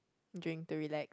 drink to relax